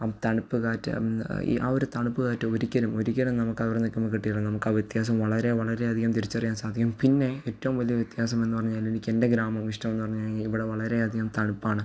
ആ തണുപ്പ് കാറ്റ് ഒന്ന് ഈ ആ ഒരു തണുപ്പ് കാറ്റ് ഒരിക്കലും ഒരിക്കലും നമുക്ക് അവിടെ നിൽക്കുമ്പോൾ കിട്ടില്ല നമുക്ക് ആ വ്യത്യാസം വളരെ വളരെ അധികം തിരിച്ചറിയാൻ സാധിക്കും പിന്നെ ഏറ്റവും വലിയ വ്യത്യാസം എന്ന് പറഞ്ഞാൽ എനിക്ക് എൻ്റെ ഗ്രാമം ഇഷ്ടമെന്ന് പറഞ്ഞാൽ ഇവിടെ വളരെ അധികം തണുപ്പാണ്